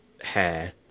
hair